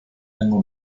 tengo